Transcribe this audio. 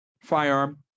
firearm